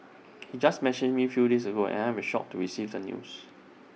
he just messaged me few days ago and I am shocked to receive the news